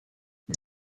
mit